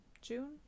June